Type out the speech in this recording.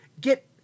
Get